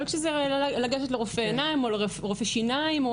אבל כשזה לגשת לרופא עיניים או רופא שיניים,